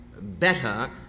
better